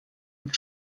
mit